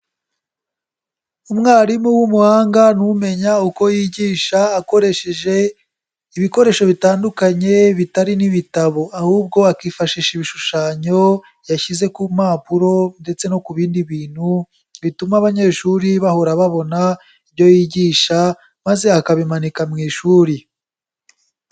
Umwarimu w'umuhanga ni umenya uko yigisha akoresheje ibikoresho bitandukanye bitari n'ibitabo, ahubwo akifashisha ibishushanyo yashyize ku mpapuro ndetse no ku bindi bintu bituma abanyeshuri bahora babona ibyo yigisha, maze akabimanika mu ishuri.